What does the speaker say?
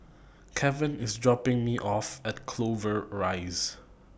Keven IS dropping Me off At Clover Rise